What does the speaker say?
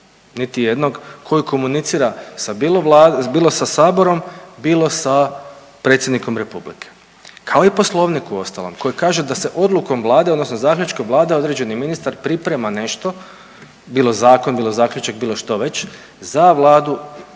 niti jednog koji komunicira sa bilo, bilo sa saborom, bilo sa Predsjednikom Republike kao i Poslovnik uostalom koji kaže da se odlukom Vlade odnosno zaključkom Vlade određeni ministar priprema nešto bilo zakon, bilo zaključak, bilo što već za Vladu,